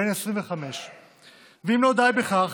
בן 25. ואם לא די בכך,